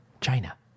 China